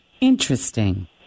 Interesting